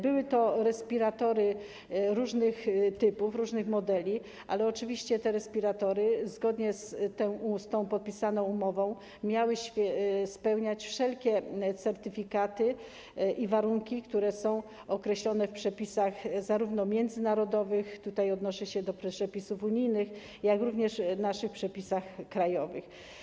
Były to respiratory różnych typów, różnych modeli, ale oczywiście te respiratory, zgodnie z tą podpisaną umową, miały mieć wszelkie certyfikaty i spełniać wszelkie warunki, które są określone w przepisach zarówno międzynarodowych - tutaj odnoszę się do przepisów unijnych - jak i w naszych przepisach krajowych.